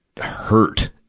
hurt